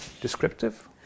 descriptive